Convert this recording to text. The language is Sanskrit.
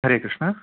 हरे कृष्णः